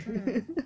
mm